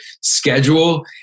schedule